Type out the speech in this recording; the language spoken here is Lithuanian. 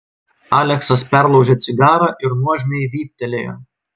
aleksas perlaužė cigarą ir nuožmiai vyptelėjo